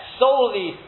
solely